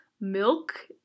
Milk